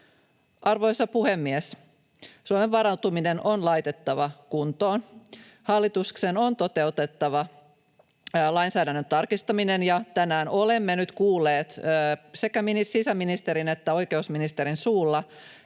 Arvoisa puhemies! Suomen varautuminen on laitettava kuntoon. Hallituksen on toteutettava lainsäädännön tarkistaminen, ja tänään olemme nyt kuulleet sekä sisäministerin että oikeusministerin suulla,